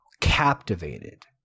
captivated